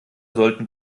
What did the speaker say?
sollten